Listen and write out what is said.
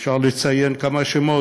אפשר לציין כמה שמות,